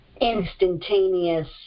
instantaneous